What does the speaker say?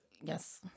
yes